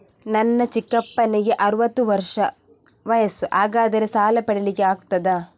ನನ್ನ ಚಿಕ್ಕಪ್ಪನಿಗೆ ಅರವತ್ತು ವರ್ಷ ವಯಸ್ಸು, ಹಾಗಾದರೆ ಸಾಲ ಪಡೆಲಿಕ್ಕೆ ಆಗ್ತದ?